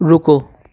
رکو